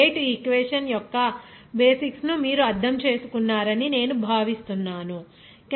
కాబట్టి ఈ rate equation యొక్క బేసిక్స్ ను మీరు అర్థం చేసుకున్నారని నేను భావిస్తున్నాను